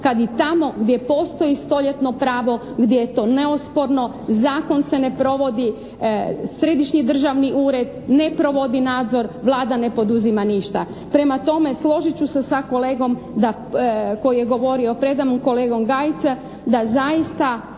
kad i tamo gdje postoji stoljetno pravo, gdje je to neosporno, zakon se ne provodi, Središnji državni ured ne provodi nadzor, Vlada ne poduzima ništa. Prema tome, složit ću se sa kolegom da, koji je govorio preda mnom, kolegom Gajica, da zaista